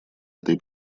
этой